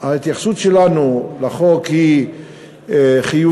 ההתייחסות שלנו לחוק היא חיובית,